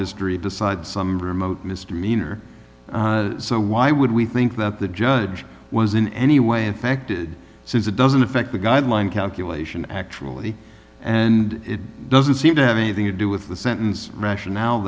history besides some remote misdemeanor so why would we think that the judge was in any way affected since it doesn't affect the guideline calculation actually and it doesn't seem to have anything to do with the sentence rationale